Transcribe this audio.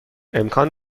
امکان